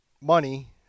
money